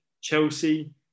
Chelsea